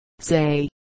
say